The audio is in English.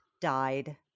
died